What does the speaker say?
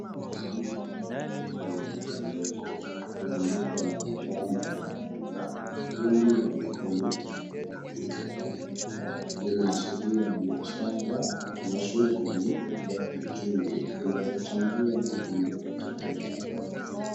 Mwanamke ameketi kwenye duka ndogo akizungukwa na bidhaa mbalimbali za ufundi wa mikono tayari kuuzwa. Inaashiria biashara na shughuli za kiuchumi zinazochangia huduma za kifedha.